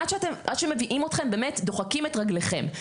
עד שמביאים אתכם, באמת דוחקים את רגליכם.